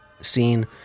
scene